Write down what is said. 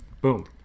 boom